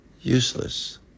useless